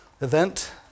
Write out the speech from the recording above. event